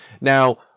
Now